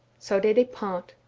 so they depart.